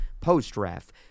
post-draft